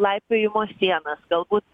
laipiojimo sienas galbūt